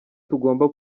tugomba